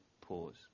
pause